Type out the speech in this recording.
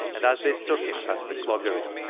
and as this took him past the cloggery,